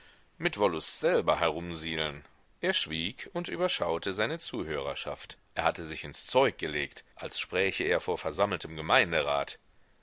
mir wollust selber herumsielen er schwieg und überschaute seine zuhörerschaft er hatte sich ins zeug gelegt als spräche er vor versammeltem gemeinderat